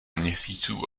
měsíců